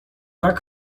tak